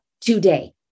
today